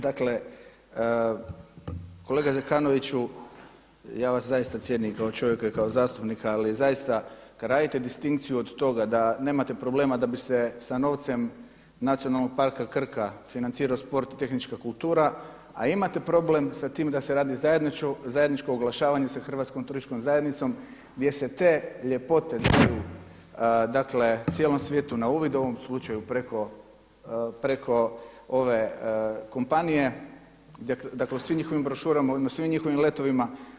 Dakle, kolega Zekanoviću, ja vas zaista cijenim i kao čovjeka i kao zastupnika ali zaista kada radite distinkciju od toga da nemate problema da bi se sa novcem Nacionalnog parka Krka financirao sport i tehnička kultura a imate problem da se radi zajedničko oglašavanje sa Hrvatskom turističkom zajednicom gdje se te ljepote daju dakle cijelom svijetu na uvid, u ovom slučaju preko ove kompanije, dakle u svim njihovim brošurama i na svim njihovim letovima.